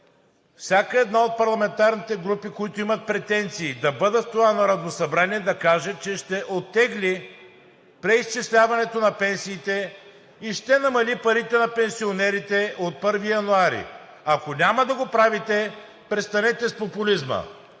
всяка една от парламентарните групи, които имат претенции да бъдат в това Народно събрание, да каже, че ще оттеглят преизчисляването на пенсиите и ще намали парите на пенсионерите от 1 януари. Ако няма да го правите, престанете с популизма!